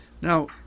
Now